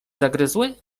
zagryzły